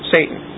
Satan